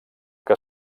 que